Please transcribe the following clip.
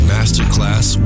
Masterclass